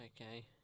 Okay